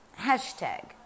hashtag